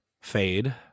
fade